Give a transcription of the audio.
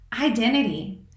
identity